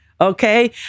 Okay